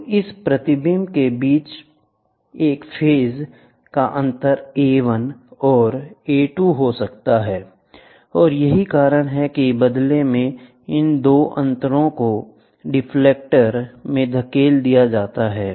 तो इस प्रतिबिंब के बीच एक फेज का अंतर A 1 और A 2 हो सकता है और यही कारण है कि बदले में इन दो अंतरों को डिटेक्टर में धकेल दिया जाता है